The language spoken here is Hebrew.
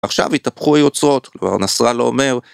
עכשיו התהפכו היוצרות, נסראלה לא אומר.